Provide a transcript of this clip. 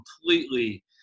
completely